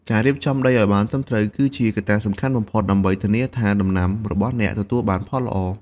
ការរៀបចំដីឱ្យបានត្រឹមត្រូវគឺជាកត្តាសំខាន់បំផុតដើម្បីធានាថាដំណាំរបស់អ្នកទទួលបានផលល្អ។